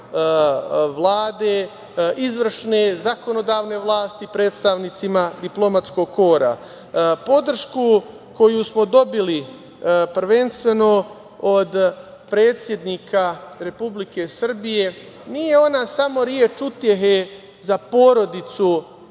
Vlade, izvršne, zakonodavne vlasti, predstavnicima diplomatskog kora. Podršku koju smo dobili, prvenstveno od predsednika Republike Srbije, nije ona samo reč utehe za porodicu